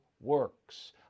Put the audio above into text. works